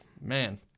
Man